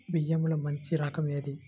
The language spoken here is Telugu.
బియ్యంలో మంచి రకం ఏది?